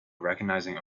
recognizing